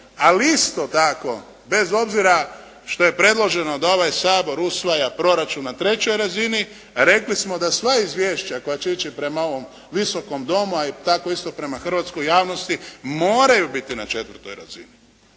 ali isto tako, bez obzira što je predloženo da ovaj Sabor usvaja proračun na trećoj razini, rekli smo da sva izvješća koja će ići prema ovom visokom domu, a i tako isto prema hrvatskoj javnosti, moraju biti na četvrtoj razini.